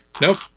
Nope